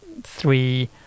three